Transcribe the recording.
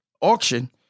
auction